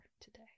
today